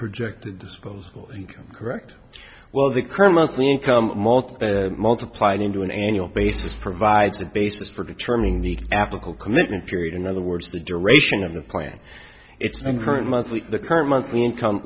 projected disposable income correct well the current monthly income mult multiplied into an annual basis provides a basis for determining the apical commitment period in other words the duration of the plan it's the current monthly current monthly income